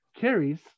Carrie's